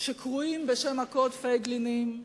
שקרויים בשם הקוד פייגלינים,